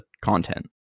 content